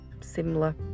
similar